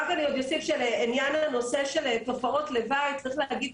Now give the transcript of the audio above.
רק אוסיף שלעניין תופעות לוואי צריך להגיד,